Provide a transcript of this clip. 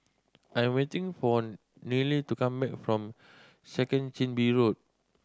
I am waiting for Nile to come back from Second Chin Bee Road